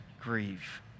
grieve